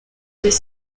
des